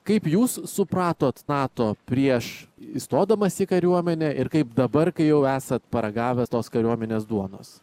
kaip jūs supratot nato prieš įstodamas į kariuomenę ir kaip dabar kai jau esat paragavę tos kariuomenės duonos